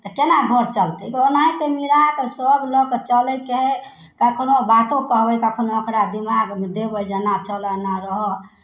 तऽ केना घर चलतै ओनाहिते मिला कऽ सभ लऽ कऽ चलयके हइ ककरो बातो कहबै कखनहु ओकरा दिमागमे देबै जे एना चलह एना रहह